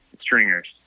stringers